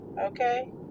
okay